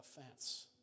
offense